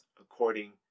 according